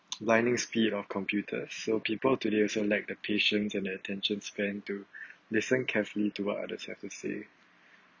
lightning speed of computer so people today also lack the patience and their attention span to listen carefully to what others have to say